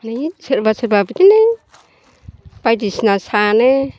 सोरबा सोरबा बिदिनो बायदिसिना सानो